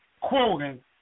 quoting